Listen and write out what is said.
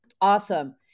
Awesome